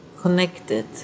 connected